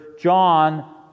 John